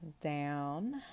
down